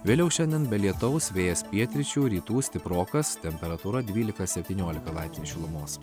vėliau šiandien be lietaus vėjas pietryčių rytų stiprokas temperatūra dvylika septyniolika laipsnių šilumos